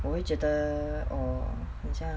我会觉得 or 很像